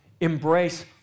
embrace